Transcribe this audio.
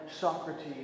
Socrates